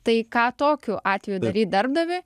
tai ką tokiu atveju daryt darbdaviui